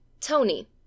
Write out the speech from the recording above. Tony